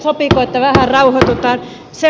sopiiko että vähän rauhoitutaan